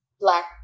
black